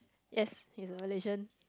yes he is a Malaysian